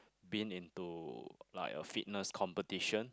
been into like a fitness competition